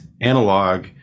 analog